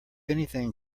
anything